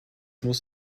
muss